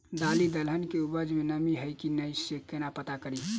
दालि दलहन केँ उपज मे नमी हय की नै सँ केना पत्ता कड़ी?